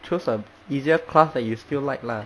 choose a easier class that you still like lah